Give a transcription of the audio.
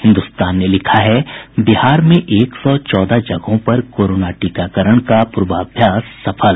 हिन्दुस्तान ने लिखा है बिहार में एक सौ चौदह जगहों पर कोरोना टीकाकरण का पूर्वाभ्यास सफल